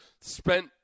spent